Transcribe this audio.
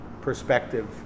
perspective